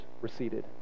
receded